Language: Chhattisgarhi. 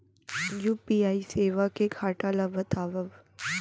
यू.पी.आई सेवा के घाटा ल बतावव?